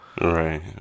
Right